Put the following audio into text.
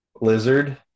Lizard